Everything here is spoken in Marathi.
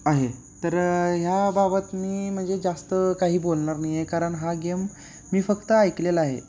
आहे तर ह्या बाबत मी म्हणजे जास्त काही बोलणार नाही आहे कारण हा गेम मी फक्त ऐकलेला आहे